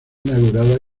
inaugurada